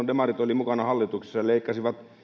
demarit olivat mukana hallituksessa he leikkasivat